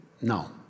No